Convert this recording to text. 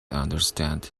understand